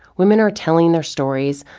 women are telling their stories,